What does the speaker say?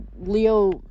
Leo